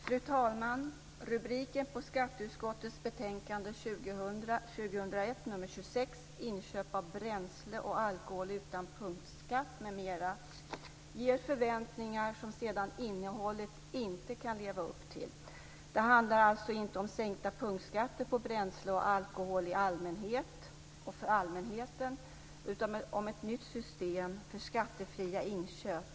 Fru talman! Rubriken på skatteutskottets betänkande 2000/01:26, Inköp av bränsle och alkohol utan punktskatt, m.m., ger förväntningar som innehållet sedan inte kan leva upp till. Det handlar alltså inte om sänkta punktskatter på bränsle och alkohol i allmänhet och för allmänheten utan om ett nytt system för skattefria inköp.